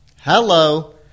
Hello